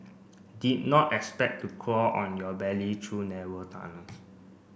did not expect to crawl on your belly through narrow tunnels